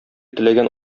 теләгән